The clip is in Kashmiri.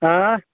آں